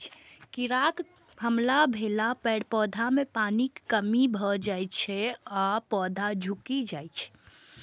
कीड़ाक हमला भेला पर पौधा मे पानिक कमी भए जाइ छै आ पौधा झुकि जाइ छै